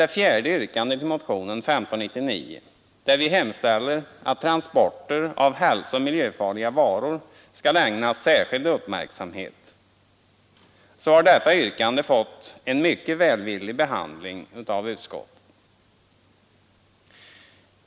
Det fjärde yrkandet i motionen 1599, där vi hemställer att transporter av hälsooch miljöfarliga varor skall ägnas särskild uppmärksamhet, har fått en mycket välvillig behandling i utskottet.